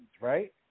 right